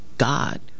God